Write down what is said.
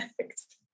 next